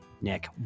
Nick